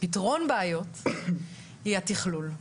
ובפתרון בעיות היא התכלול.